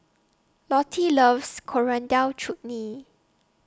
Lottie loves Coriander Chutney